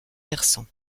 versant